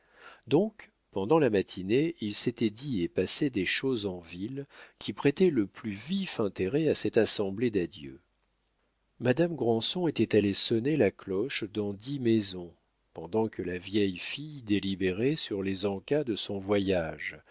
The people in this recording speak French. donc pendant la matinée il s'était dit et passé des choses en ville qui prêtaient le plus vif intérêt à cette assemblée d'adieu madame granson était allée sonner la cloche dans dix maisons pendant que la vieille fille délibérait sur les encas de son voyage